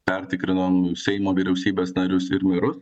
pertikrinom seimo vyriausybės narius ir merus